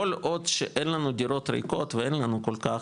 כל עוד שאין לנו דירות ריקות ואין לנו כל כך,